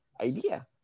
idea